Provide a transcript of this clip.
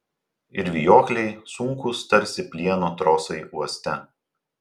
ir vijokliai sunkūs tarsi plieno trosai uoste